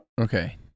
Okay